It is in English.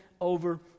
over